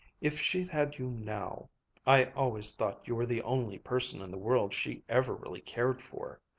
if she'd had you, now i always thought you were the only person in the world she ever really cared for.